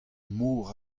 mor